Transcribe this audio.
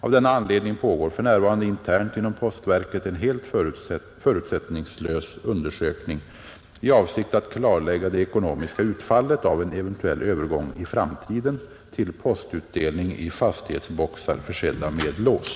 Av denna anledning pågår för närvarande internt inom postverket en helt förutsättningslös undersökning i avsikt att klarlägga det ekonomiska utfallet av en eventuell övergång i framtiden till postutdelning i fastighetsboxar försedda med lås.